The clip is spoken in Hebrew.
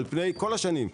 על פני כל השנים.